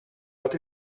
but